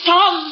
Tom